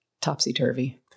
topsy-turvy